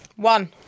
One